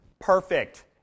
Perfect